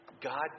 God